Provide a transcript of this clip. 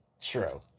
true